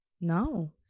No